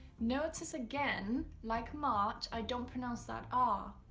notice again like march, i don't pronounce that ah